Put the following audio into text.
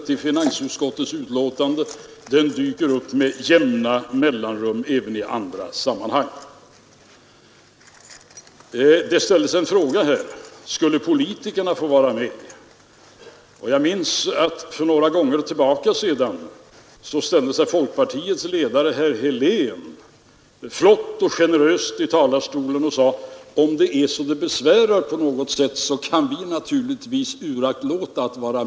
Ni måste gå ut och säga att varje förändring av skattesystemet ändå slutar med att man måste ha in lika mycket pengar till stat och kommun som i dag. Vill man ha ett nytt skattesystem blir det bara fråga om att tillämpa en ny teknik för att ta ut pengarna.